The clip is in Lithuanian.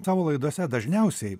savo laidose dažniausiai